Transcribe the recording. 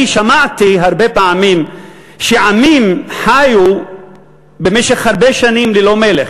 אני שמעתי הרבה פעמים שעמים חיו במשך הרבה שנים ללא מלך,